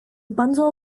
bundle